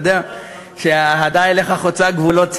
אתה יודע שהאהדה אליך חוצה גבולות סיעתיים.